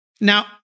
Now